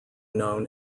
known